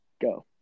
Go